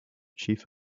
chief